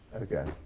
Okay